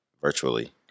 virtually